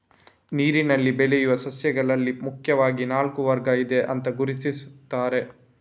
ನೀರಿನಲ್ಲಿ ಬೆಳೆಯುವ ಸಸ್ಯಗಳಲ್ಲಿ ಮುಖ್ಯವಾಗಿ ನಾಲ್ಕು ವರ್ಗ ಇದೆ ಅಂತ ಗುರುತಿಸ್ತಾರೆ